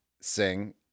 sing